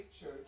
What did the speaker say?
church